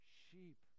sheep